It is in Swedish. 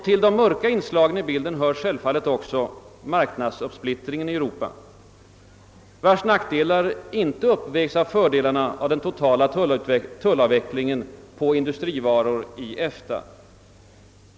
Till de mörka inslagen i bilden hör självfallet också marknadsuppsplitt ringen i Europa, vars nackdelar inte uppvägs av fördelarna av den totala tullavvecklingen på industrivaror i EFTA.